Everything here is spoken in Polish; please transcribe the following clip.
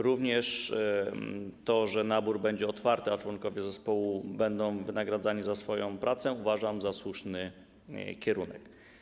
Również to, że nabór będzie otwarty, a członkowie zespołu będą wynagradzani za swoją pracę, uważam za słuszny kierunek.